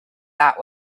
that